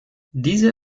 diese